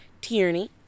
Tierney